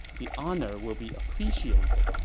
the honor will be appreciated.